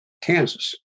Kansas